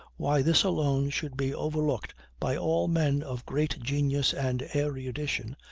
why this alone should be overlooked by all men of great genius and erudition,